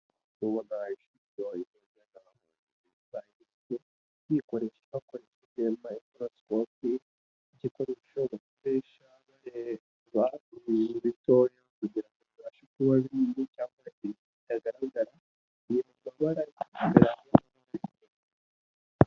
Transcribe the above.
umugara juogenga aba ba bikoresha bakoreshejemaclascope igikoresho bakoreshareretwara ritoya kugirango ibabashe kuba bi cyakora kitagaragara igihemara hamwe